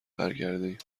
برگردیم